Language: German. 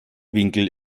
winkel